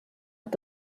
hat